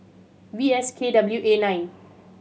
V S K W A nine